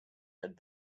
had